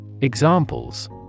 Examples